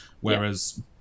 whereas